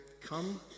come